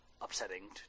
upsetting